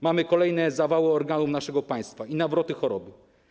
Mamy kolejne zawały organu naszego państwa i nawroty choroby.